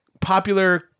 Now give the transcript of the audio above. popular